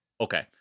Okay